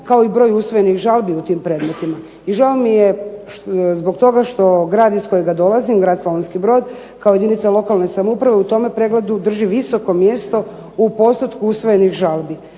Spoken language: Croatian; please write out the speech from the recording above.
kao i broj usvojenih žalbi u tim predmetima. I žao mi zbog toga što grad iz kojega dolazim grad Slavonski Brod kao jedinica lokalne samouprave u tome pregledu drži visoko mjesto u postotku usvojenih žalbi.